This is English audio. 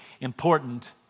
important